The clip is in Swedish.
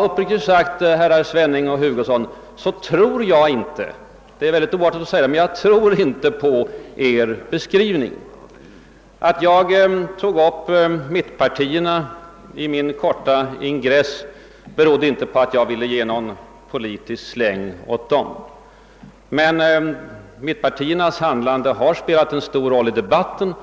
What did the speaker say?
Uppriktigt sagt, herrar Svenning och Hugosson, så — det är kanske oartigt att säga det — tror jag inte på er beskrivning. Att jag tog upp mittenpartiernas handlande i min korta ingress berodde inte på att jag ville ge någon »politisk släng» åt dem. Men deras handlande har spelat en stor roll i debatten,